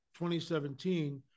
2017